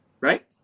Right